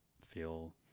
feel